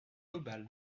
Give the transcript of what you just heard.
global